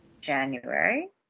January